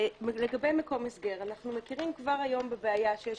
לגבי מקום הסגר אנחנו מכירים כבר היום בבעיה שיש